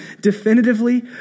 definitively